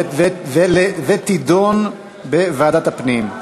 ותידון בוועדת הפנים.